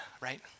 right